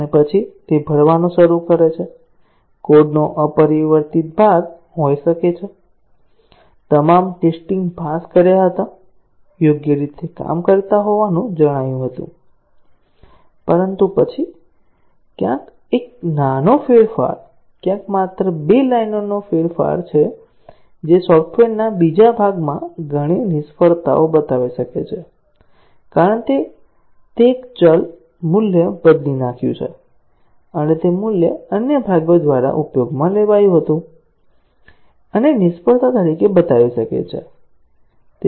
અને પછી તે ભરવાનું શરૂ કરે છે કોડનો અપરિવર્તિત ભાગ હોઈ શકે છે તમામ ટેસ્ટીંગ પાસ કર્યા હતા યોગ્ય રીતે કામ કરતા હોવાનું જણાયું હતું પરંતુ પછી ક્યાંક એક નાનો ફેરફાર ક્યાંક માત્ર બે લાઈનોનો ફેરફાર જે સોફ્ટવેરના બીજા ભાગમાં ઘણી નિષ્ફળતાઓ બતાવી શકે છે કારણ કે તે એક ચલ મૂલ્ય બદલી નાખ્યું છે અને તે મૂલ્ય અન્ય ભાગો દ્વારા ઉપયોગમાં લેવાયું હતું અને નિષ્ફળતા તરીકે બતાવી શકે છે